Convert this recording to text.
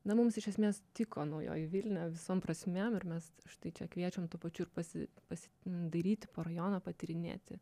na mums iš esmės tiko naujoji vilnia visom prasmėm ir mes štai čia kviečiam tuo pačiu ir pasi pasidairyti po rajoną patyrinėti